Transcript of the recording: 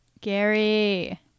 Gary